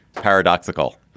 Paradoxical